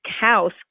house